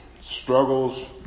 struggles